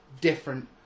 different